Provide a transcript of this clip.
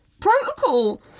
Protocol